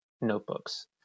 notebooks